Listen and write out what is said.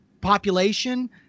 population